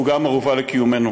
שהוא גם ערובה לקיומנו.